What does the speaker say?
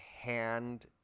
hand